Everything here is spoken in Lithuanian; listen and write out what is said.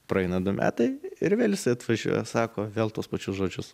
praeina du metai ir vėl jisai atvažiuoja sako vėl tuos pačius žodžius